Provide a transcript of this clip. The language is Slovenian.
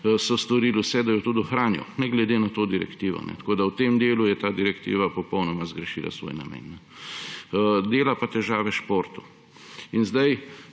so storili vse, da jo tudi ohranijo, ne glede na to direktivo. Tako da v tem delu je ta direktiva popolnoma zgrešila svoj namen. Dela pa težave športu In sedaj